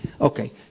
Okay